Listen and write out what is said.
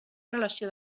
relació